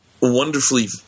wonderfully